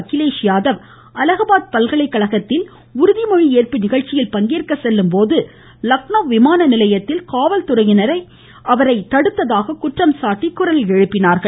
அகிலேஷ் யாதவ் அலகாபாத் பல்கலைக்கழகத்தில் உறுதிமொழி ஏற்பு நிகழ்ச்சியில் பங்கேற்க செல்லும் போது லக்னோ விமான நிலையத்தில் காவல்துறையினர் அவரை தடுத்ததாக குற்றம் சாட்டி குரல் எழுப்பினார்கள்